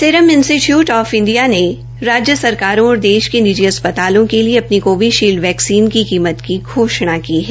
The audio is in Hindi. सीरम इंस्टीट्यूट ऑफ इंडिया ने राज्य सरकारों और देश के निजी अस्पतालों के लिए अपनी कोविशील्ड वैक्सीन की कीमत की घोषणा की है